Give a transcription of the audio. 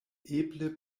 eble